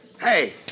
Hey